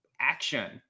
action